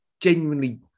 genuinely